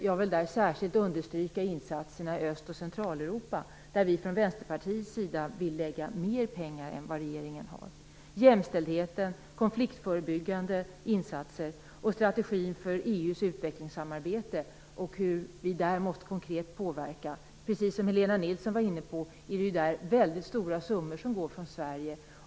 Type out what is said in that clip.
Jag vill där särskilt understryka insatserna i Öst och Centraleuropa, där vi från Vänsterpartiets sida vill lägga mer pengar än vad regeringen anslår. För jämställdheten, konfliktförebyggande insatser och strategin för EU:s utvecklingssamarbete, hur vi där måste konkret påverka, precis som Helena Nilsson var inne på, är det väldigt stora summor som går från Sverige.